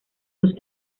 dos